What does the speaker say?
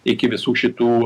iki visų šitų